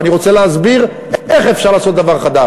ואני רוצה להסביר איך אפשר לעשות דבר חדש.